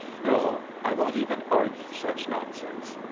no! i won't even argue such nonsense.